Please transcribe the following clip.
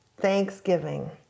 Thanksgiving